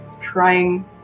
trying